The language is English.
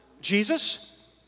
Jesus